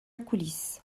coulisse